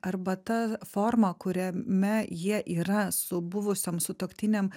arba ta forma kuriame jie yra su buvusiom sutuoktinėm